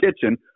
kitchen